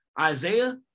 Isaiah